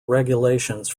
regulations